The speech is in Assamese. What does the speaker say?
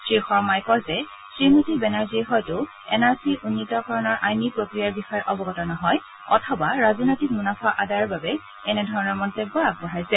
শ্ৰী শৰ্মাই কয় যে শ্ৰীমতী বেনাৰ্জীয়ে হয়তো এন আৰ চি উন্নীতকৰণৰ আইনী প্ৰক্ৰিয়াৰ বিষয়ে অৱগত নহয় অথবা ৰাজনৈতিক মুনাফা আদায়ৰ বাবে এনে ধৰণৰ মন্তব্য আগবঢ়াইছে